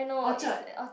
Orchard